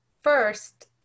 First